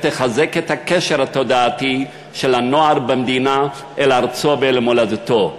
תחזק את הקשר התודעתי של הנוער במדינה אל ארצו ואל מולדתו.